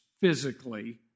physically